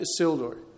Isildur